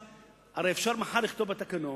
הרי אפשר מחר לכתוב בתקנון,